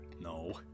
No